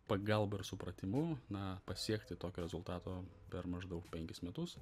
pagalba ir supratimu na pasiekti tokio rezultato per maždaug penkis metus